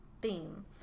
theme